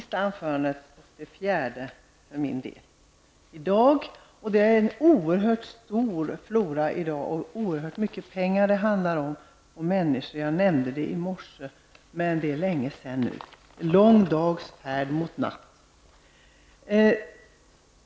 Herr talman! Detta är det näst sista anförandet -- det fjärde för min del i dag. Det är en oerhört stor flora av människor och mycket pengar det handlar om. Jag nämnde det i morse; det är länge sedan nu. -- En lång dags färd mot natt.